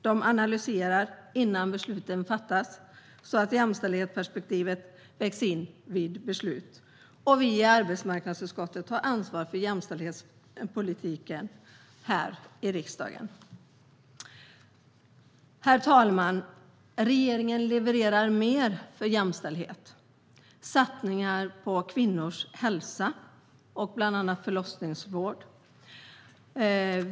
De analyserar innan besluten fattas så att jämställdhetsperspektivet vägs in vid beslut, och vi i arbetsmarknadsutskottet har ansvar för jämställdhetspolitiken här i riksdagen. Herr talman! Regeringen levererar mer för jämställdhet, bland annat satsningar på kvinnors hälsa och förlossningsvård.